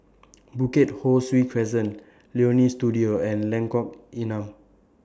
Bukit Ho Swee Crescent Leonie Studio and Lengkok Enam